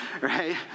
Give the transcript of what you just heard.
right